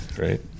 right